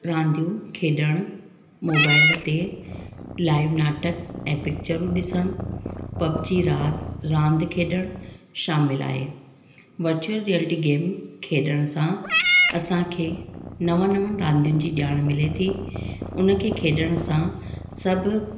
रांदियूं खेॾण मोबाइल ते लाइव नाटक ऐं पिक्चरूं ॾिसणु पबजी रात रांदि खेॾणु शामिलु आहे वर्चुअल रिएलिटी गेम खेॾण सां असांखे नवनि नवनि रांदियुनि जी ॼाण मिले थी उन खे खेॾण सां सभु